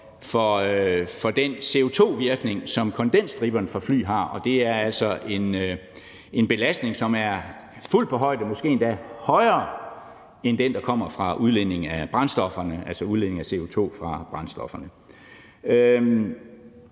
for den CO2-virkning, som kondensstriberne fra fly har. Det er altså en belastning, som er fuldt på højde med, måske endda højere end den, der kommer fra udledning af brændstofferne, altså udledning af CO2 fra brændstofferne.